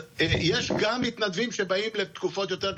התשפ"ד 2023,